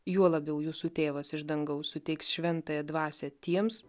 juo labiau jūsų tėvas iš dangaus suteiks šventąją dvasią tiems